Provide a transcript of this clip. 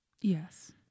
Yes